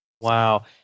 Wow